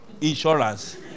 Insurance